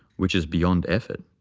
which is beyond effort.